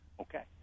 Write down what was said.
Okay